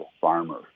farmers